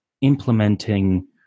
implementing